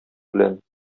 белән